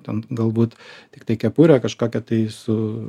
ten galbūt tiktai kepurę kažkokią tai su